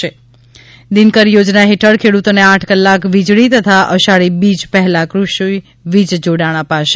ત દિનકર યોજના હેઠળ ખેડૂતોને આઠ કલાક વીજળી તથા અષાઢી બીજ પહેલાં કૃષિ વીજ જોડાણ અપાશે